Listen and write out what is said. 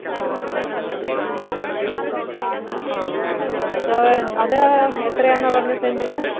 ആ ഹാ ഹാ ഹാ ഓക്കെ ആ ആ ആ അത് അത് എത്രയാന്നാ പറഞ്ഞത് സെൻറ്റിന്